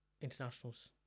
internationals